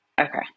Okay